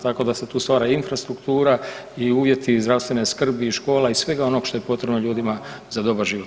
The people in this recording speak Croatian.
Tako da se tu stvara infrastruktura i uvjeti zdravstvene skrbi i škola i svega onog što je potrebno ljudima za dobar život.